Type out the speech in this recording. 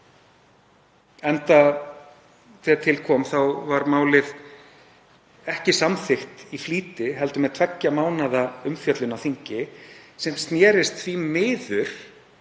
enda þegar til kom þá var málið ekki samþykkt í flýti heldur með tveggja mánaða umfjöllun á þingi, sem snerist því miður